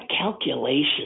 calculation